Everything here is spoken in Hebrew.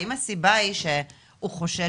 האם הסיבה היא שהוא חושד,